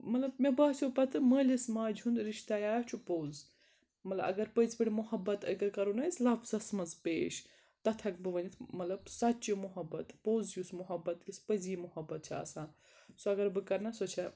ملب مےٚ باسیو پَتہٕ مٲلِس ماجہِ ہُنٛد رِشتیا چھُ پوٚز مطلب اگر پٔزۍ پٔڑۍ محبت اگر کَرو نہٕ أسۍ لفظَس منٛز پیش تَتھ ہٮ۪کہٕ بہٕ ؤنِتھ مطلب سچہِ محبت پوٚز یُس محبت یُس پٔزی محبت چھِ آسان سۄ اگر بہٕ کَرنا سۄ چھےٚ